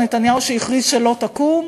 או נתניהו שהכריז שלא תקום?